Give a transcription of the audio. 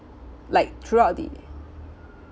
like throughout the